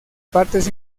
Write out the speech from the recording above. partes